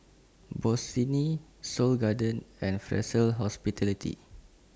Bossini Seoul Garden and Fraser Hospitality